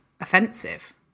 offensive